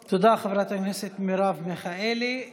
תודה, חברת הכנסת מרב מיכאלי.